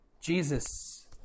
Jesus